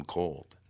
Cold